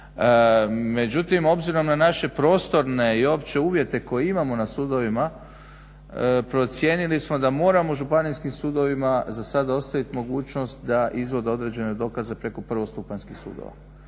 Međutim obzirom na naše prostorne i opće uvjete koje imamo na sudovima procijenili smo da moramo Županijskim sudovima za sad ostaviti mogućnost da izvode određene dokaze preko prvostupanjskih sudova.